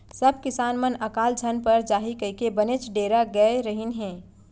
सब किसान मन अकाल झन पर जाही कइके बनेच डेरा गय रहिन हें